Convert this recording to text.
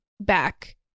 back